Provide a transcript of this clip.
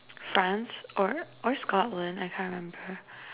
France or or Scotland I can't remember